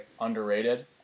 underrated